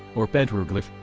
or petroglyph,